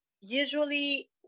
usually